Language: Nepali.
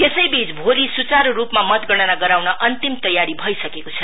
यसैबीच भोलि स्चार रुपमा मतगणना गराउन अन्तिम तयारी भइसकेको छ